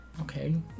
okay